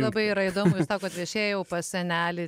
labai yra įdomu ir sakot viešėjau pas senelį